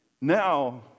now